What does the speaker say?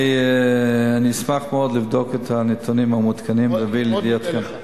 אני אשמח מאוד לבדוק את הנתונים המעודכנים ולהביא לידיעתכם.